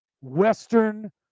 Western